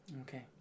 okay